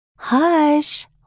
Hush